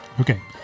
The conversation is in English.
Okay